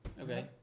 Okay